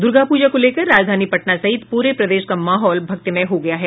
दूर्गा पूजा को लेकर राजधानी पटना सहित पूरे प्रदेश का माहौल भक्तिमय हो गया है